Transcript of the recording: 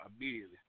immediately